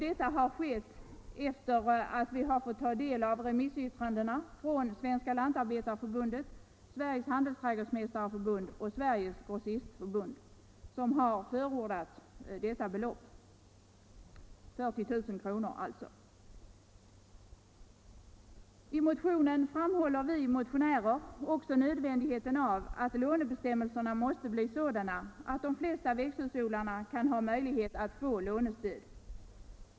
Detta har skett efter det att vi fått ta del av remissyttrandena från Svenska lantarbetareförbundet, Sveriges handelsträdgårdsmästareförbund och Sveriges grossistförbund, som har förordat det högre beloppet. I motionen framhåller vi motionärer också nödvändigheten av att lånebestämmelserna blir sådana att de flesta växthusodlare kan ha möjlighet att få lånestöd.